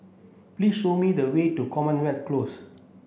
please show me the way to Commonwealth Close